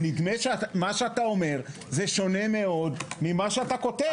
מה שאתה אומר זה שונה מאוד ממה שאתה כותב.